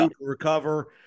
recover